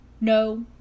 no